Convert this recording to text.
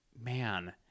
man